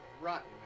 rotten